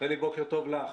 או יותר.